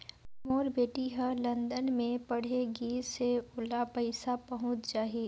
मोर बेटी हर लंदन मे पढ़े गिस हय, ओला पइसा पहुंच जाहि?